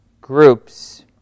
groups